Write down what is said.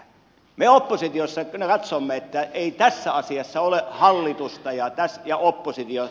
me oppositiossa kyllä katsomme että ei tässä asiassa ole hallitusta ja oppositiota